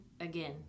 again